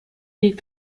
est